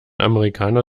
amerikaner